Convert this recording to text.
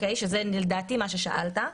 לדעתי זה מה ששאלת.